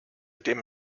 dem